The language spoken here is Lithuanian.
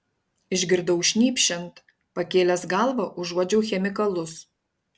išgirdau šnypščiant pakėlęs galvą užuodžiau chemikalus